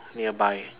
nearby